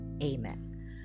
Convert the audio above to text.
Amen